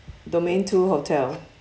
domain two hotel